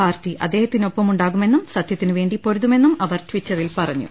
party അദ്ദേഹത്തിനൊപ്പം ഉണ്ടാകുമെന്നും സത്യത്തിനു വേണ്ടി പൊരു തുമെന്നും അവർ ട്വിറ്ററിൽ പറഞ്ഞു